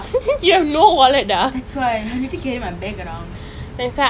I went to Owndays to check also but I wanted round ones lah